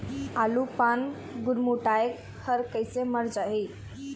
आलू पान गुरमुटाए हर कइसे मर जाही?